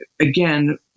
again